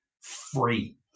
free